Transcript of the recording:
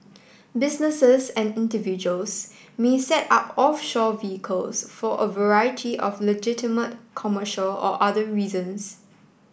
businesses and individuals may set up offshore vehicles for a variety of legitimate commercial or other reasons